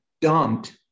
dumped